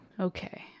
Okay